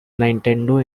nintendo